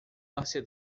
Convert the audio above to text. nascer